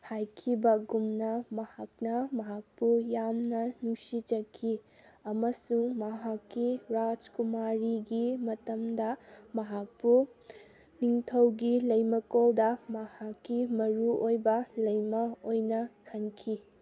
ꯍꯥꯏꯈꯤꯕꯒꯨꯝꯅ ꯃꯍꯥꯛꯅ ꯃꯍꯥꯛꯄꯨ ꯌꯥꯝꯅ ꯅꯨꯡꯁꯤꯖꯈꯤ ꯑꯃꯁꯨꯡ ꯃꯍꯥꯛꯀꯤ ꯔꯥꯁꯀꯨꯃꯥꯔꯤꯒꯤ ꯃꯇꯝꯗ ꯃꯍꯥꯛꯄꯨ ꯅꯤꯡꯊꯧꯒꯤ ꯂꯩꯃꯀꯣꯜꯗ ꯃꯍꯥꯛꯀꯤ ꯃꯔꯨꯑꯣꯏꯕ ꯂꯩꯃ ꯑꯣꯏꯅ ꯈꯟꯈꯤ